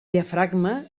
diafragma